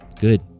good